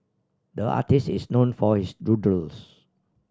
the artist is known for his doodles